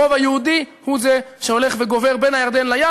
הרוב היהודי הוא שהולך וגדל בין הירדן לים,